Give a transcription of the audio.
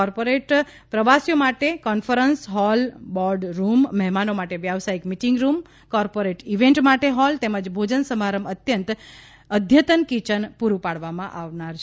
corporate પ્રવાસીઓ માટે conference hall board રૂમમહેમાનો માટે વ્યવસાયિક મીટીંગ રૂમકોર્પોરેટ ઇવેન્ટ માટે હોલતેમજ ભોજન સમારંભ અઘતન કિચન પૂર્ણ પાડવામાં આવનાર છે